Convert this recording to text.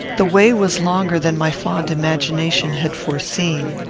the way was longer than my fond imagination had foreseen.